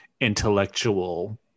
intellectual